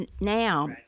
now